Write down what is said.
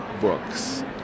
books